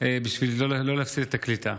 בשביל לא להפסיד את הקליטה.